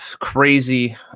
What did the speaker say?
crazy